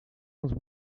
els